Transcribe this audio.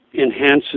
enhances